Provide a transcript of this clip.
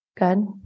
good